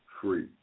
free